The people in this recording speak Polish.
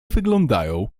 wyglądają